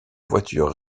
voiture